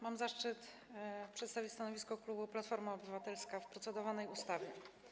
Mam zaszczyt przedstawić stanowisko klubu Platforma Obywatelska w kwestii procedowanej ustawy.